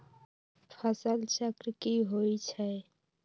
फसल चक्र की होई छै?